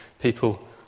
people